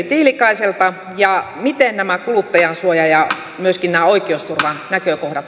tiilikaiselta ja miten nämä kuluttajansuoja ja myöskin oikeusturvanäkökohdat